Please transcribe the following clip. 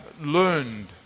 learned